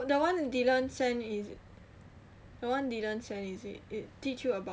that one dylan send in the one dylan send is it teach you about